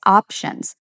options